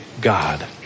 God